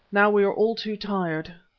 now we are all too tired.